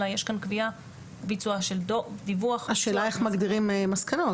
אלא יש כאן קביעת ביצוע של דיווח --- השאלה איך מגדירים מסקנות,